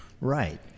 Right